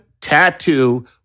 tattoo